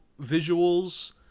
visuals